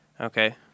Okay